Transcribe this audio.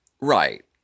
right